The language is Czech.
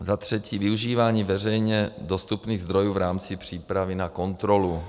Za třetí využívání veřejně dostupných zdrojů v rámci přípravy na kontrolu.